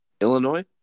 Illinois